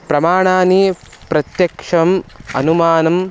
प्रमाणानि प्रत्यक्षम् अनुमानम्